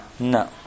No